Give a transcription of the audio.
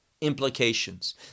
implications